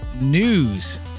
news